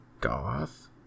goth